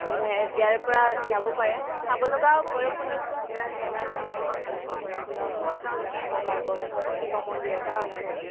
মানে ইয়াৰে পৰা যাব পাৰে চাব লগাও ভৈৰৱকুণ্ডত ধুনীয়া জাগা আছে মানে ভৈৰৱকুণ্ডত চাব পাৰিব তাৰপিছত শিৱ মন্দিৰ এটাও আছে